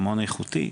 ומעון איכותי.